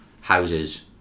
houses